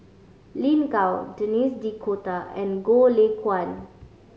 Lin Gao Denis D'Cotta and Goh Lay Kuan